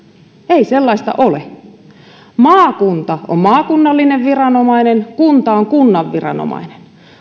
ei sellaista ole maakunta on maakunnallinen viranomainen kunta on kunnan viranomainen